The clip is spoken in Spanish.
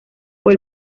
fue